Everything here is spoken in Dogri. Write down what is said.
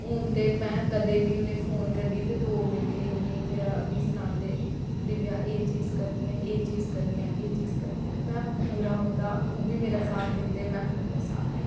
हून ते में कदें बी उ'नेंगी फोन करनी ते दो मैंट्टें गी ओह् मीं मेरा मिगी सनांदे दिव्या एह् चीज करनी आं एह् चीज करनी ऐ एह् चीज करनी ऐ में पूरा उं'दा ओह् बी मेरा साथ दिंदे में मीं बी उंदा साथ दित्ता